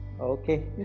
Okay